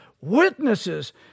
witnesses